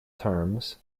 terms